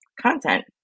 content